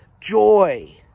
joy